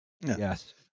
Yes